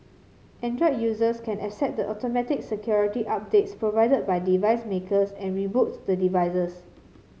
android users can accept the automatic security updates provided by device makers and reboot the devices